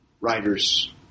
writers